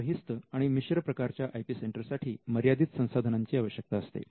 तर बहिस्त आणि मिश्र प्रकारच्या आय पी सेंटर साठी मर्यादित संसाधनांची आवश्यकता असते